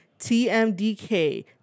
TMDK